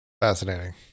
fascinating